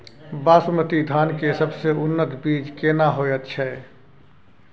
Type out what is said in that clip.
बासमती धान के सबसे उन्नत बीज केना होयत छै?